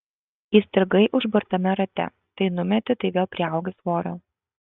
įstrigai užburtame rate tai numeti tai vėl priaugi svorio